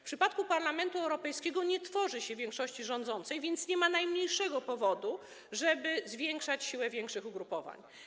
W przypadku Parlamentu Europejskiego nie tworzy się większości rządzącej, więc nie ma najmniejszego powodu, żeby zwiększać siłę większych ugrupowań.